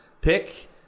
Pick